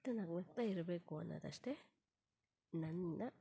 ಒಟ್ನಲ್ಲಿ ನಾವು ನಗ್ತಾಯಿರ್ಬೇಕು ಅನ್ನೋದಷ್ಟೇ ನನ್ನ